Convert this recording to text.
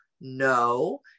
no